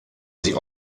sie